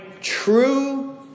true